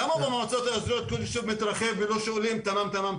למה במועצות האזוריות כל ישוב מתרחב ולא שואלים על תמ"מ כל הזמן?